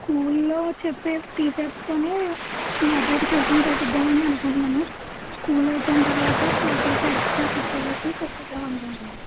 స్కూల్లో చెప్పే టీచర్స్ తోనే మీ అబ్బాయికి ట్యూషన్ పెట్టిద్దామని అనుకుంటన్నాను స్కూల్ అయిపోయిన తర్వాత కాసేపు ఎక్స్ట్రా కూర్చోపెట్టి చెప్పిద్దామని అనుకుంటన్నాము